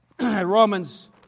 Romans